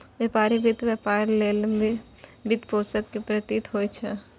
व्यापार वित्त व्यापार लेल वित्तपोषण के प्रतीक होइ छै